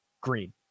green